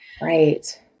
right